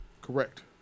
Correct